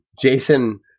Jason